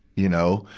you know.